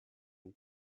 and